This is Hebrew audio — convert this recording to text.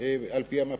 על-פי המפה.